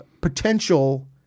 potential